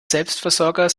selbstversorger